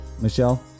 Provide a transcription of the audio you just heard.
Michelle